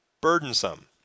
burdensome